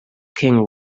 king